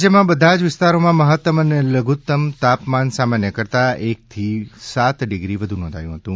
રાજ્યમાં બધા જ વિસ્તારોમાં મહત્તમ અને લધુત્તમ તાપમાન સામાન્ય કરતાં એકથી સાત ડિગ્રી વધુ નોંધાયું હતું